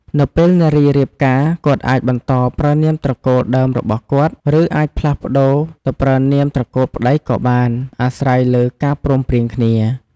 នៅពេលនារីរៀបការ គាត់អាចបន្តប្រើនាមត្រកូលដើមរបស់គាត់ ឬ អាចផ្លាស់ប្តូរទៅប្រើនាមត្រកូលប្ដីក៏បាន អាស្រ័យលើការព្រមព្រៀងគ្នា។